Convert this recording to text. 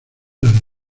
las